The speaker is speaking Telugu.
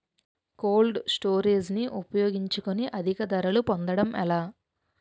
కోల్డ్ స్టోరేజ్ ని ఉపయోగించుకొని అధిక ధరలు పొందడం ఎలా?